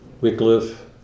Wycliffe